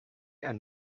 and